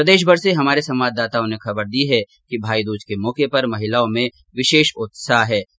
प्रदेशभर से हमारे संवादाताओं ने खबर दी है कि भाईदूज के मौके पर महिलाओं में विशेष उत्साह देखा जा रहा है